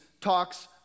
talks